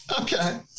okay